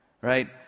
Right